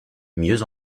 mieux